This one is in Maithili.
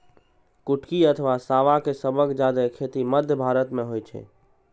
कुटकी अथवा सावां के सबसं जादे खेती मध्य भारत मे होइ छै